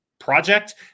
project